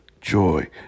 joy